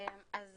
אז